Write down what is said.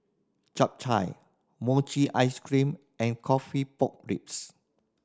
Chap Chai mochi ice cream and coffee pork ribs